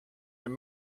and